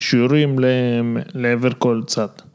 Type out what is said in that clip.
שיורים להם לעבר כל צד.